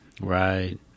Right